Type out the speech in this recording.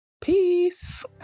Peace